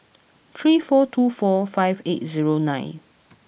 three four two four five eight zero nine